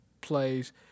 plays